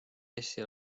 eesti